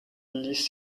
ließ